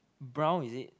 brown is it